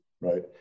Right